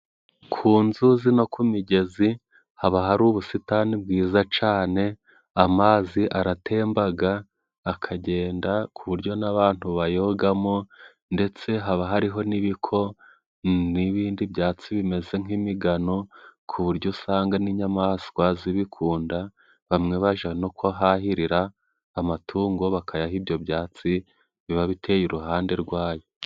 Ku nzuzi no ku migezi, haba hari ubusitani bwiza cane. Amazi aratembaga akagenda ku buryo n'abantu bayogamo, ndetse haba hariho n'ibiko n'ibindi byatsi bimeze nk'imigano, ku buryo usanga n'inyamaswa zibikunda. Bamwe baja no kuhahirira amatungo bakayaha ibyo byatsi biba biteye iruhande rwayo.